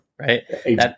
right